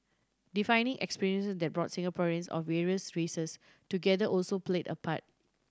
defining experiences that brought Singaporeans of various races together also played a part